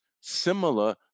similar